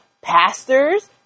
pastors